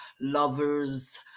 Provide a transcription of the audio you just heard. Lovers